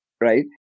right